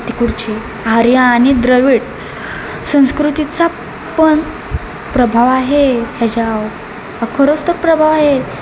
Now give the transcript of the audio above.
तिकडची आर्य आणि द्रविड संस्कृतीचा पण प्रभाव आहे ह्याच्या अं खरच तर प्रभाव आहे